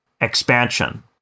expansion